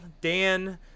Dan